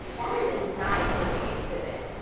that was a nice-looking exhibit.